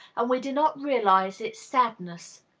and we do not realize its sadness.